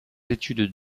études